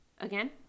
again